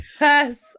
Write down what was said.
yes